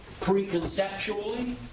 preconceptually